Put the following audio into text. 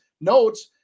notes